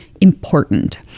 important